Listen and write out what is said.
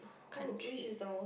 country